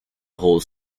holds